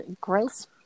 gross